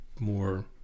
more